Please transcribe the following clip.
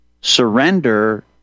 surrender